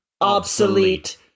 obsolete